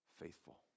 faithful